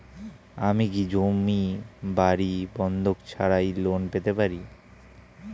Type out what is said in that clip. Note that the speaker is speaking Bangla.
আমি কি জমি বাড়ি বন্ধক ছাড়াই লোন পেতে পারি?